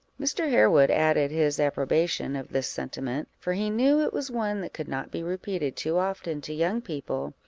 mr. harewood added his approbation of this sentiment, for he knew it was one that could not be repeated too often to young people,